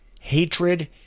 hatred